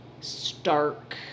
Stark